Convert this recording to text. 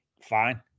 fine